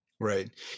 Right